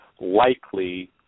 likely